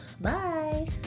Bye